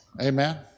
Amen